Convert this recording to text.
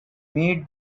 made